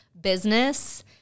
business